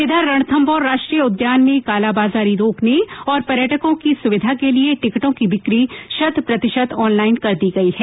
इधर रणथंमौर राष्ट्रीय उद्यान में कालाबाजारी रोकने और पर्यटर्को की सुविधा के लिये टिकटों की बिक्री शत प्रतिशत ऑनलाइन कर दी गई है